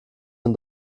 dem